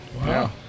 wow